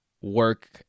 work